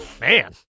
Man